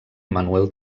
manuel